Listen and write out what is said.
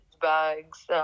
bags